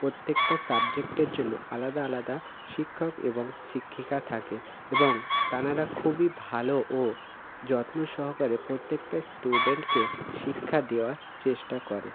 প্রত্যেকটা সাবজেক্টের জন্য আলাদা আলাদা শিক্ষক এবং শিক্ষিকা থাকে এবং তেনারা খুবই ভালো ও যত্ন সহকারে প্রত্যেকটা স্টুডেন্টকে শিক্ষা দেওয়ার চেষ্টা করে